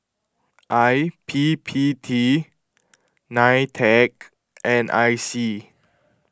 I P P T nine Tec and I C